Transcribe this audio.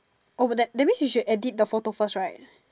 oh that means you have to edit the photo first right